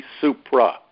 supra